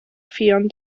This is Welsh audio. ffion